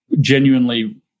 genuinely